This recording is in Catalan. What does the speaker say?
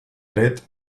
dret